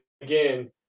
again